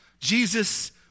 Jesus